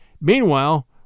Meanwhile